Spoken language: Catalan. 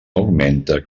augmenta